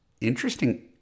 interesting